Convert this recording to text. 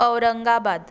Aurangabad